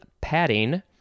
padding